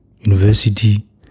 university